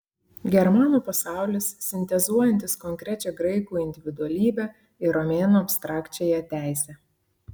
germanų pasaulis sintezuojantis konkrečią graikų individualybę ir romėnų abstrakčiąją teisę